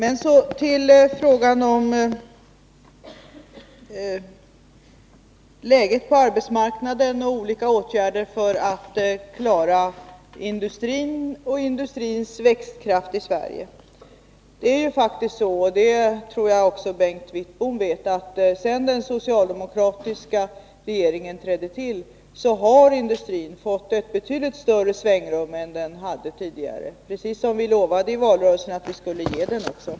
Så till frågan om läget på arbetsmarknaden och olika åtgärder för att klara industrin och industrins växtkraft i Sverige: Det är faktiskt så — och det tror jag också Bengt Wittbom vet — att sedan den socialdemokratiska regeringen trädde till har industrin, precis som vi lovade i valrörelsen, fått ett betydligt större svängrum än den hade tidigare.